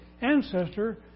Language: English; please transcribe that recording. ancestor